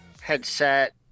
headset